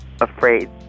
afraid